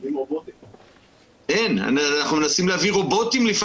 אנחנו מנסים להביא רובוטים,